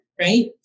right